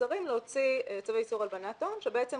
להוציא צווי איסור הלבנת הון שקובעים